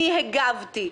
אני הגבתי,